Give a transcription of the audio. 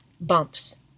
bumps